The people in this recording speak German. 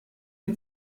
die